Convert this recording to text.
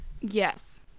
Yes